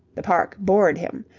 the park bored him.